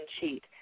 cheat